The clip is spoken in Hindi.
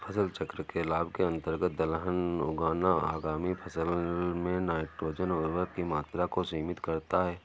फसल चक्र के लाभ के अंतर्गत दलहन उगाना आगामी फसल में नाइट्रोजन उर्वरक की मात्रा को सीमित करता है